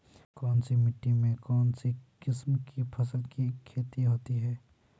कौनसी मिट्टी में कौनसी किस्म की फसल की खेती होती है?